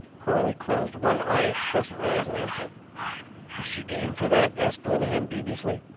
corley closed one eye expressively as an answer. is she game for that? asked lenehan dubiously.